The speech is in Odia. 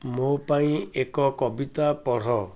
ମୋ ପାଇଁ ଏକ କବିତା ପଢ଼